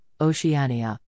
Oceania